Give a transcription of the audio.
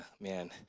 man